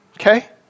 Okay